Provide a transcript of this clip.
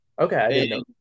Okay